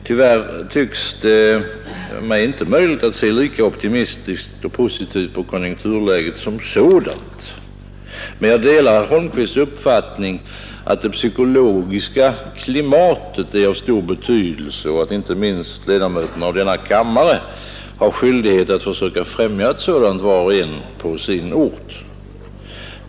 Tyvärr tycks det mig inte möjligt att se lika optimistiskt och positivt på konjunkturläget som sådant. Jag delar herr Holmqvists uppfattning att det psykologiska klimatet är av stor betydelse och att inte minst ledamöterna av denna kammare har skyldighet att försöka främja ett sådant, var och en på sin ort.